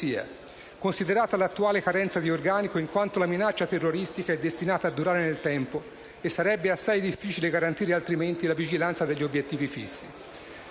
considerata l'attuale carenza di organico, in quanto la minaccia terroristica è destinata a durare nel tempo e sarebbe assai difficile garantire altrimenti la vigilanza degli obiettivi fissi.